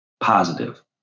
positive